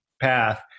path